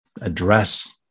address